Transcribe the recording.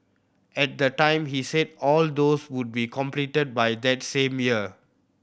at the time he said all those would be completed by that same year